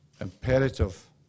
imperative